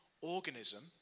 organism